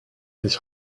his